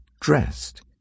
dressed